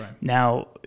Now